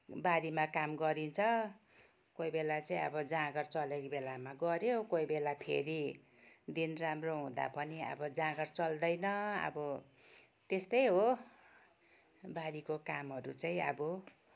बारीमा काम गरिन्छ कोही बेला चाहिँ अब जाँगर चलेको बेलामा गऱ्यो कोही बेला फेरि दिन राम्रो हुँदा पनि अब जाँगर चल्दैन अब त्यस्तै हो बारीको कामहरू चाहिँ अब